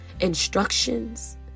instructions